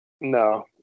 no